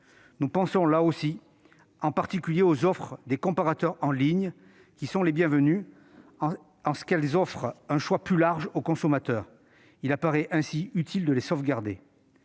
Nous pensons en particulier aux offres des comparateurs en ligne, qui sont les bienvenues en ce qu'elles offrent un choix plus large au consommateur. Il apparaissait ainsi utile de les sauvegarder.